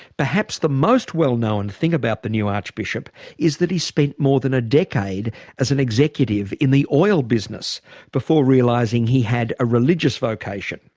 perhaps the most well known thing about the new archbishop is that he's spent more than a decade as an executive in the oil business before realising he had a religious vocation.